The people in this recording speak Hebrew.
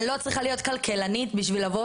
אני לא צריכה להיות כלכלנית בשביל לבוא